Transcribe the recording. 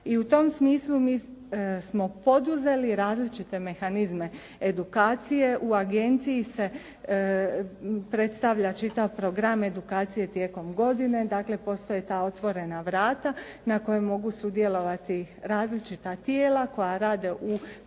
i u tom smislu mi smo poduzeli različite mehanizme edukacije. U agenciji se predstavlja čitav program edukacije tijekom godine, dakle postoje ta otvorena vrata na kojim mogu sudjelovali različita tijela koja rade u pripremanju